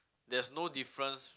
there's no difference